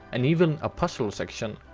and even a puzzle section,